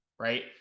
right